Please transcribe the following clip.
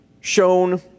shown